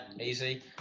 easy